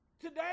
Today